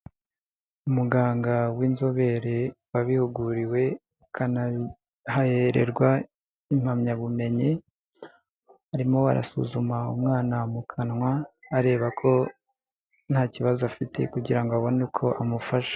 Umuganga w'inzobere wabihuguriwe akanabihererwa impamyabumenyi, arimo arasuzuma umwana mu kanwa areba ko nta kibazo afite, kugira abone uko amufasha.